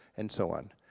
and so on.